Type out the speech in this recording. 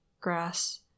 Grass